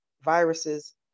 viruses